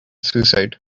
suicide